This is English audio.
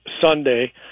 Sunday